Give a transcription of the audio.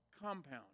compound